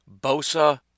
Bosa